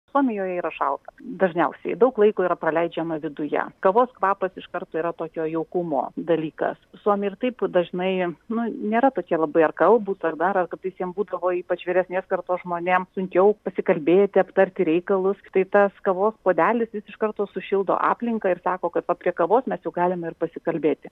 suomijoj yra šalta dažniausiai daug laiko yra praleidžiama viduje kavos kvapas iš karto yra tokio jaukumo dalykas suomiai ir taip dažnai nu nėra tokie labai ar kalbūs ar dar ar kartais jiem būdavo ypač vyresnės kartos žmonėm sunkiau pasikalbėti aptarti reikalus tai tas kavos puodelis jis iš karto sušildo aplinką ir sako kad va prie kavos mes jau galim ir pasikalbėti